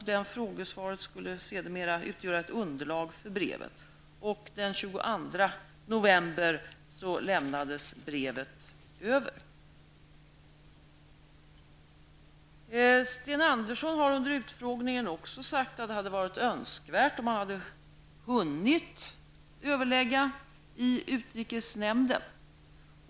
Det frågesvaret skulle senare utgöra underlag för brevet. Den 22 november överlämnades brevet. Sten Andersson har under utfrågningen också sagt att det hade varit önskvärt om han hade hunnit överlägga i utrikesnämnden.